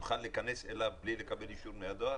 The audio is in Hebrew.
יוכל להיכנס אליו בלי לקבל אישור מהדואר?